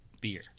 beer